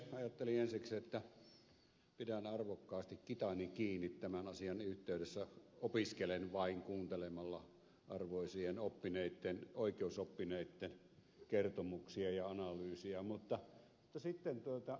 ajattelin ensiksi että pidän arvokkaasti kitani kiinni tämän asian yhteydessä opiskelen vain kuuntelemalla arvoisien oikeusoppineitten kertomuksia ja analyysiä